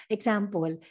Example